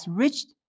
reached